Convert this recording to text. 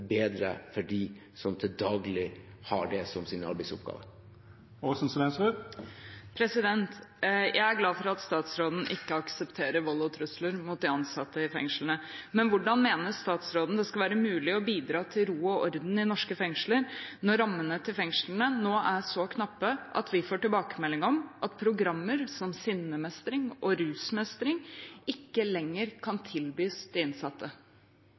bedre for dem som til daglig har det som sine arbeidsoppgaver. Jeg er glad for at statsråden ikke aksepterer vold og trusler mot de ansatte i fengslene, men hvordan mener statsråden det skal være mulig å bidra til ro og orden i norske fengsler når rammene til fengslene nå er så knappe at vi får tilbakemelding om at programmer som sinnemestring og rusmestring ikke lenger kan tilbys de innsatte?